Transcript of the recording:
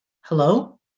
hello